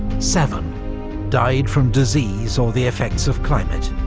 seven died from disease or the effects of climate.